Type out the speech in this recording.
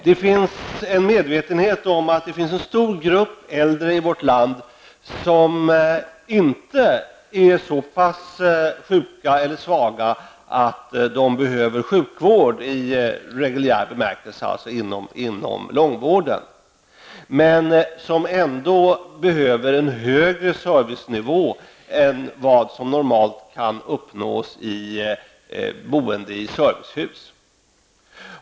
Det finns en medvetenhet om att det i vårt land finns en stor grupp äldre som inte är så pass sjuka eller svaga att de behöver sjukvård i reguljär bemärkelse, dvs. inom långvården. Men dessa människor behöver ändå en högre servicenivå än vad som normalt kan uppnås genom boende i servicehus.